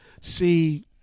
See